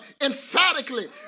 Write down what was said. emphatically